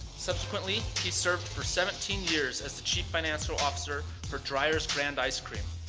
subsequently, he served for seventeen years as the chief financial officer for dryers grand ice cream,